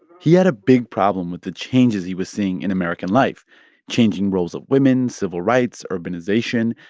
he had a big problem with the changes he was seeing in american life changing roles of women, civil rights, urbanization,